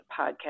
podcast